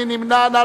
מי נמנע?